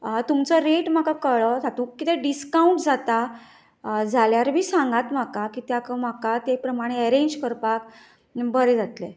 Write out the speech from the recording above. तुमचो रेट म्हाका कळ्ळो हातूंत कितें डिसकावंट जाता जाल्यार लेगीत सांगात म्हाका कित्याक म्हाका ते प्रमाणे एरेंज करपाक बरें जातलें